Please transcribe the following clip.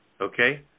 Okay